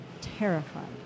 terrified